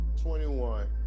21